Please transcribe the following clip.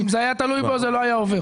אם זה היה תלוי בו זה לא היה עובר.